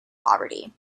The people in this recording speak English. poverty